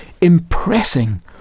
impressing